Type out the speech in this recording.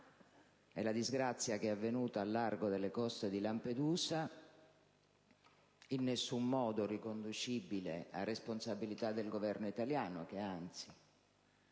è la disgrazia avvenuta al largo delle coste di Lampedusa, in nessun modo riconducibile a responsabilità del Governo italiano, che, anzi,